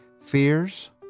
fears